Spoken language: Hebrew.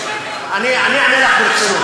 אני אענה לך ברצינות.